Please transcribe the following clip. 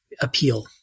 appeal